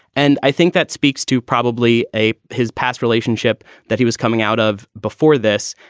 and i think that speaks to probably a his past relationship that he was coming out of before this.